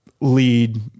lead